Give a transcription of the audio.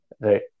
Right